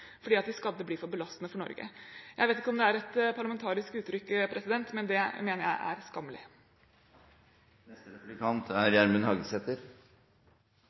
fordi de skadde blir for belastende for Norge. Jeg vet ikke om det er et parlamentarisk uttrykk, men det mener jeg er skammelig.